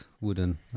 wooden